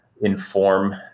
inform